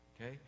okay